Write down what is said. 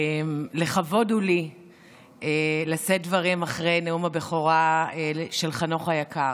לכבוד הוא לי לשאת דברים אחרי נאום הבכורה של חנוך היקר.